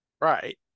Right